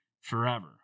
forever